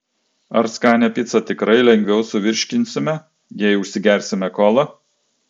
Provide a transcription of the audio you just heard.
ar skanią picą tikrai lengviau suvirškinsime jei užsigersime kola